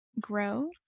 grow